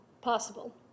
possible